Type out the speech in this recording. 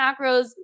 macros